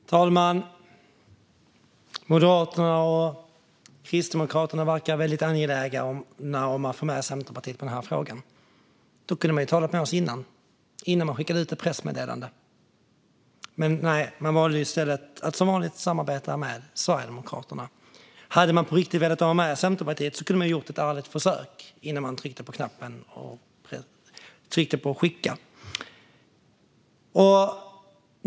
Fru talman! Moderaterna och Kristdemokraterna verkar väldigt angelägna om att få med Centerpartiet i denna fråga. Då kunde man ju ha talat med oss innan man skickade ut ett pressmeddelande. Men man valde i stället att som vanligt samarbeta med Sverigedemokraterna. Hade man på riktigt velat ha med Centerpartiet kunde man ha gjort ett ärligt försök innan man tryckte på "Skicka".